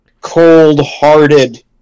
cold-hearted